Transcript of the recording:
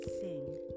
sing